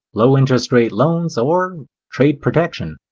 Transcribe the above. low-interest-rate loans, or trade protection.